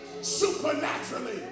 supernaturally